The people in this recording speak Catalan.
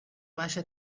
baixa